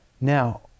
Now